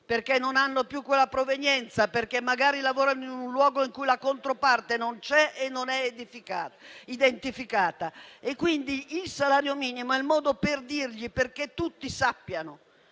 e non hanno più quella provenienza, ma magari lavorano in un luogo in cui la controparte non c'è e non è identificata. Quindi, il salario minimo è il modo per dire loro - tutti e